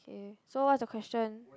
so what's your question